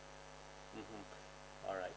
mmhmm alright